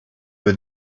were